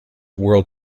world